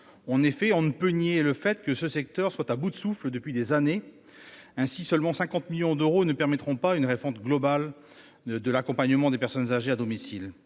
en compte. On ne peut nier le fait que ce secteur est à bout de souffle depuis des années et une simple enveloppe de 50 millions d'euros ne permettra pas une refonte globale de l'accompagnement des personnes âgées à domicile.